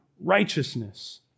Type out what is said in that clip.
righteousness